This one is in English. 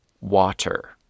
water